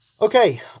Okay